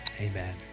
amen